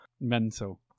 mental